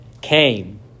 came